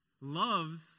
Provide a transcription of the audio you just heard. loves